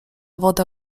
woda